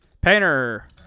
Painter